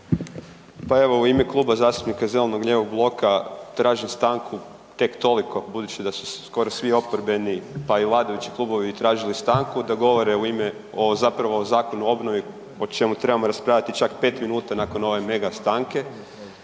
Pa evo u ime Kluba zastupnika zeleno-lijevog bloka tražim stanku tek toliko budući da su se skoro svi oporbeni, pa i vladajući klubovi tražili stanku da govore u ime o, zapravo o Zakonu o obnovu o čemu trebamo raspravljati čak 5 minuta nakon ove mega stanke.